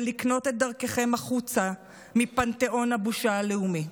לקנות את דרככם החוצה מפנתיאון הבושה הלאומי.